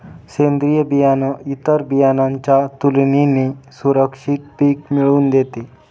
सेंद्रीय बियाणं इतर बियाणांच्या तुलनेने सुरक्षित पिक मिळवून देते